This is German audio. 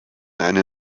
eine